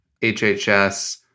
HHS